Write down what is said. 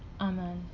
Amen